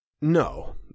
no